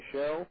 Show